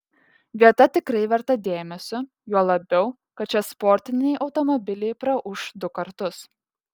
vieta tikrai verta dėmesio juo labiau kad čia sportiniai automobiliai praūš du kartus